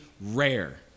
rare